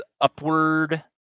upward